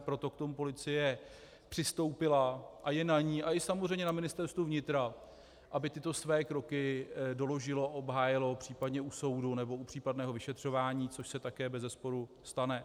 Proto k tomu policie přistoupila a je na ní a samozřejmě i na Ministerstvu vnitra, aby tyto své kroky doložilo, obhájilo případně u soudu nebo u případného vyšetřování, což se také bezesporu stane.